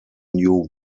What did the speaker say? new